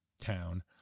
town